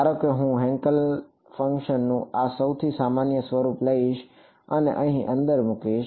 ધારો કે હું હેન્કલ ફંક્શનનું આ સૌથી સામાન્ય સ્વરૂપ લઈશ અને અહીં અંદર મૂકીશ